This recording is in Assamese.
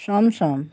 চমচম